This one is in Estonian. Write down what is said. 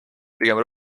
pigem